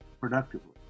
productively